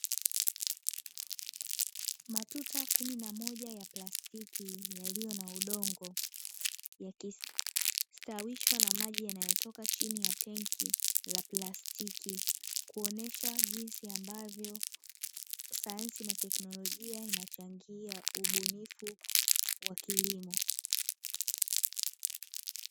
Matuta kumi na moja ya plastiki yaliyo na udongo yakistawishwa na maji yanayotoka chini ya tenki la plastiki. Kuonyesha jinsi ambavyo sayansi na teknolojia inachangia ubunifu wa kilimo.